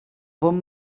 bon